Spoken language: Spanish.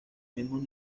mismos